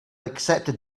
accepted